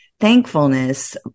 Thankfulness